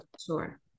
Sure